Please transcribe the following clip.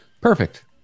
Perfect